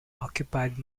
occupied